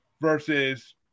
versus